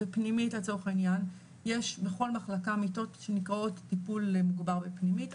בפנימית לצורך העניין יש בכל מחלקה מיטות שנקראות טיפול מוגבר בפנימית,